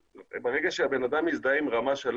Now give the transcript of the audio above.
ברגע שהבן אדם מזדהה עם רמה 3,